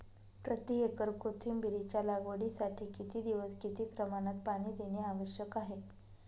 प्रति एकर कोथिंबिरीच्या लागवडीसाठी किती दिवस किती प्रमाणात पाणी देणे आवश्यक आहे?